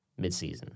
midseason